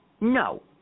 No